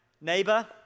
neighbor